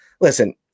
listen